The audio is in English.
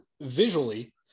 visually